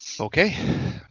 Okay